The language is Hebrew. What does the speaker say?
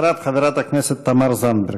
אחריו, חברת הכנסת תמר זנדברג.